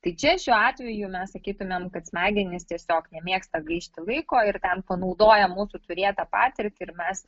tai čia šiuo atveju mes sakytumėm kad smegenys tiesiog nemėgsta gaišti laiko ir ten panaudoja mūsų turėtą patirtį ir mes